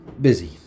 busy